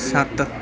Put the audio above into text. ਸੱਤ